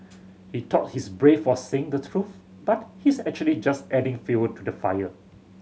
he thought he's brave for saying the truth but he's actually just adding fuel to the fire